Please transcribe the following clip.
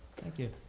thank you.